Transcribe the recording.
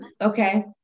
okay